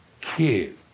kid